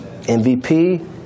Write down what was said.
MVP